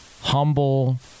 humble